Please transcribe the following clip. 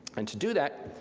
and to do that,